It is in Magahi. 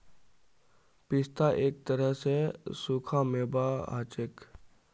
पिस्ता एक तरह स सूखा मेवा हछेक